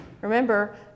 Remember